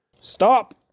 Stop